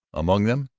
among them,